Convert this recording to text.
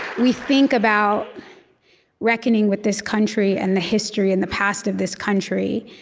we think about reckoning with this country and the history and the past of this country,